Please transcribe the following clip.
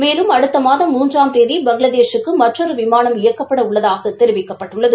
மேலும் அடுத்த மாதம் மூன்றாம் தேதி பங்ளாதேஷூக்கு மற்றொரு விமானம் இயக்கப்பட உள்ளதாக தெரிவிக்கப்பட்டுள்ளது